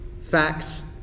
Facts